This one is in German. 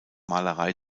malerei